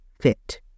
fit